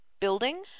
building